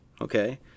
okay